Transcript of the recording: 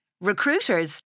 Recruiters